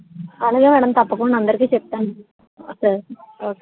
అలాగే మ్యాడమ్ తప్పకుండా అందరికి చెప్తాను సరే ఓకే